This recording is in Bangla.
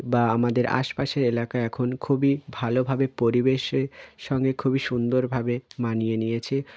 বা আমাদের আশপাশের এলাকা এখন খুবই ভালভাবে পরিবেশে সঙ্গে খুবই সুন্দরভাবে মানিয়ে নিয়েছে